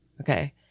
okay